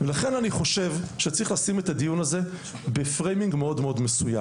ולכן אני חושב שצריך לשים את הדיון הזה בפריימינג מאוד מאוד מסוים,